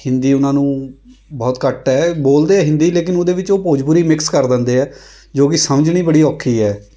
ਹਿੰਦੀ ਉਹਨਾਂ ਨੂੰ ਬਹੁਤ ਘੱਟ ਹੈ ਬੋਲਦੇ ਹੈ ਹਿੰਦੀ ਲੇਕਿਨ ਉਹਦੇ ਵਿੱਚ ਉਹ ਭੋਜਪੁਰੀ ਮਿਕਸ ਕਰ ਦਿੰਦੇ ਹੈ ਜੋ ਕਿ ਸਮਝਣੀ ਬੜੀ ਔਖੀ ਹੈ